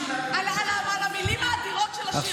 עם המילים האדירות של השיר.